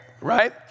Right